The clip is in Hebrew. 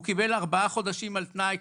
הוא קיבל ארבעה חודשים על תנאי,